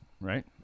right